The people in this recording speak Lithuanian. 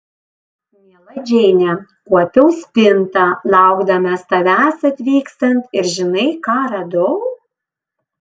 miela džeine kuopiau spintą laukdamas tavęs atvykstant ir žinai ką radau